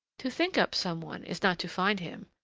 to think up some one is not to find him.